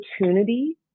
opportunity